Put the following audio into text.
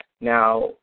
Now